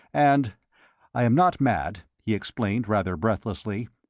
and i am not mad, he explained rather breathlessly,